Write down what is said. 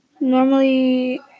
normally